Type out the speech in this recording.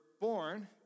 born